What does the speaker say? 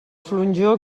flonjor